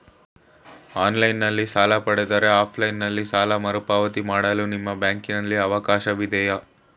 Online ನಲ್ಲಿ ಸಾಲ ಪಡೆದರೆ ಆಫ್ಲೈನ್ ನಲ್ಲಿ ಸಾಲ ಮರುಪಾವತಿ ಮಾಡಲು ನಿಮ್ಮ ಬ್ಯಾಂಕಿನಲ್ಲಿ ಅವಕಾಶವಿದೆಯಾ?